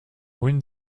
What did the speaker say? ruines